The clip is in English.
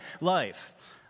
life